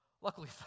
Luckily